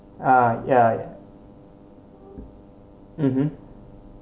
uh yah mmhmm